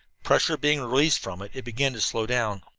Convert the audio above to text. pressure being released from it, it began to slow down.